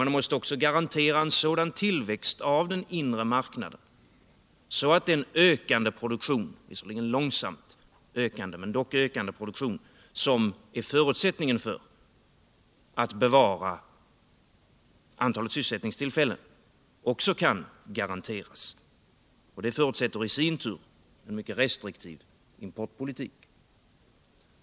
Man måste också garantera en sådan tillväxt av den inre marknaden att den ökande produktion — visserligen långsamt ökande, men dock ökande — som är en förutsättning för att bevara antalet sysselsättningstillfällen också kan garanteras. Det förutsätter i sin tur en mycket restriktiv importpolitik.